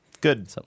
Good